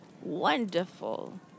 Wonderful